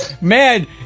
Man